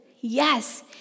yes